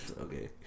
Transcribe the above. Okay